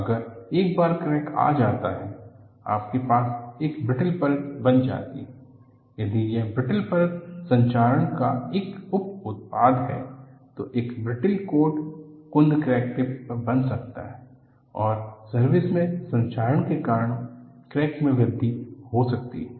अगर एक बार क्रैक आ जाता है आपके पास एक ब्रिटल परत बन जाती हैं यदि यह ब्रिटल परत संक्षारण का एक उप उत्पाद है तो एक ब्रिटल कोट कुंद क्रैक टिप पर बन सकता है और सर्विस में संक्षारण के कारण क्रैक में वृद्धि हो सकती है